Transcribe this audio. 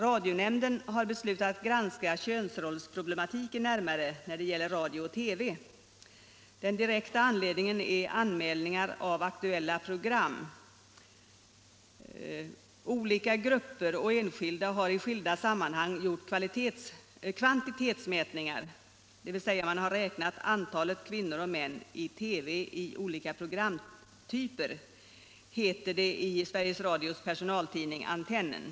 Radionämnden har beslutat granska könsrollsproblematiken närmare när det gäller radio och TV. Den direkta anledningen är anmälningar av aktuella program. ”Olika grupper och enskilda har i skilda sammanhang gjort kvantitetsmätningar, dvs. man har räknat antalet kvinnor och män i TV i olika programtyper”, heter det i Sveriges Radios personaltidning Antennen.